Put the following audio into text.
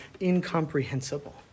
incomprehensible